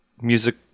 Music